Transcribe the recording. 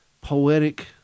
poetic